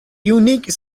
unique